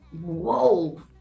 Whoa